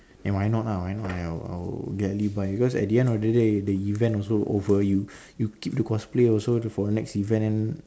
and why not why ah i i would get leave ah because at the end of the day the event also over you you keep the cosplay also for the next event